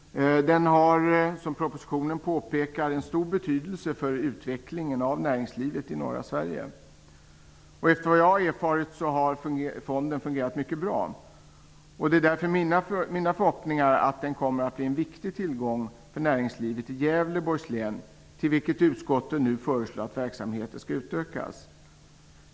Den har, som påpekas i propositionen, en stor betydelse för utvecklingen av näringslivet i norra Sverige. Efter vad jag har erfarit har fonden fungerat mycket bra. Det är därför min förhoppning att den kommer att bli en viktig tillgång för näringslivet i Gävleborgs län, till vilket utskottet nu föreslår att verksamheten utvidgas.